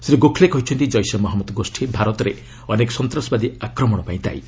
ଶ୍ରୀ ଗୋଖଲେ କହିଛନ୍ତି ଜୈସେ ମହମ୍ମଦ ଗୋଷୀ ଭାରତରେ ଅନେକ ସନ୍ତାସବାଦୀ ଆକ୍ରମଣ ପାଇଁ ଦାୟୀ